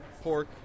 pork